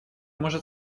может